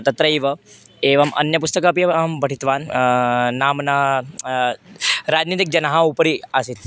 तत्रैव एवम् अन्यत्पुस्तकम् अपि अहं पठितवान् नाम्ना राजनैतिकजनः उपरि आसीत्